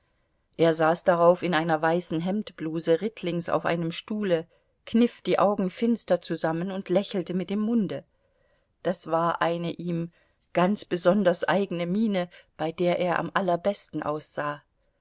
er saß darauf in einer weißen hemdbluse rittlings auf einem stuhle kniff die augen finster zusammen und lächelte mit dem munde das war eine ihm ganz besonders eigene miene bei der er am allerbesten aussah